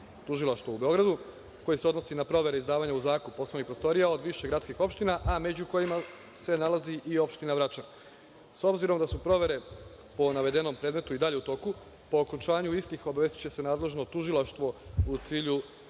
tužilaštva u Beogradu koje se odnosi na provere izdavanja u zakup poslovnih prostorija od više gradskih opština, a među kojima se nalazi i opština Vračar. S obzirom da su provere po navedenom predmetu i dalje u toku, po okončanju istih obavestiće se nadležno tužilaštvo u cilju